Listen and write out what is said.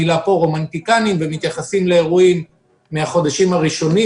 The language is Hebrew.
רומנטיקנים ומתייחסים לאירועים מהחודשים הראשונים